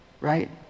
Right